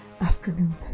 afternoon